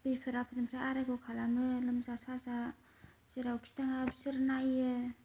खैफोर आफोरनिफ्राय आरायग' खालामो लोमजा साजा जेरावखि थाङा बिसोर नायो